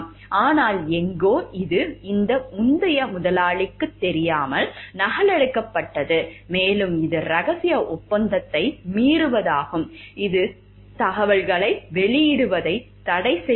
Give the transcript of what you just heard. ஆனால் எங்கோ இது இந்த முந்தைய முதலாளிக்குத் தெரியாமல் நகலெடுக்கப்பட்டது மேலும் இது இரகசிய ஒப்பந்தத்தை மீறுவதாகும் இது தகவல்களை வெளியிடுவதைத் தடை செய்கிறது